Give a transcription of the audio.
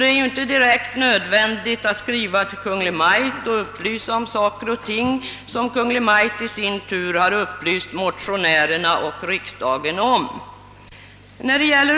Det är därför inte direkt nödvändigt att skriva till Kungl. Maj:t och upplysa om saker som Kungl. Maj:t re dan har upplyst motionärerna och riksdagen om.